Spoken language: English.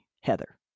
Heather